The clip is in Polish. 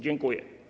Dziękuję.